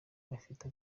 bifite